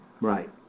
right